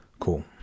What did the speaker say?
Cool